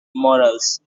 morals